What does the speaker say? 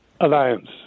Alliance